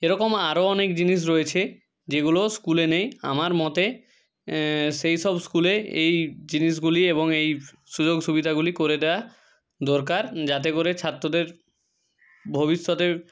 এরকম আরো অনেক জিনিস রয়েছে যেগুলো স্কুলে নেই আমার মতে সেই সব স্কুলে এই জিনিসগুলি এবং এই সুযোগ সুবিধাগুলি করে দেওয়া দরকার যাতে করে ছাত্রদের ভবিষ্যতের